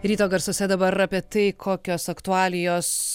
ryto garsuose dabar apie tai kokios aktualijos